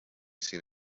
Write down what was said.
seen